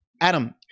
Adam